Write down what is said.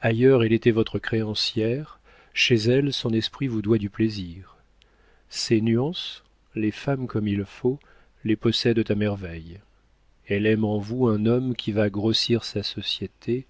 ailleurs elle était notre créancière chez elle son esprit vous doit du plaisir ces nuances les femmes comme il faut les possèdent à merveille elle aime en vous un homme qui va grossir sa société